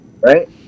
right